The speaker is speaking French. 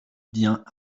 vient